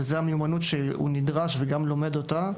וזה המיומנות שהוא נדרש וגם לומד אותה,